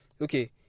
okay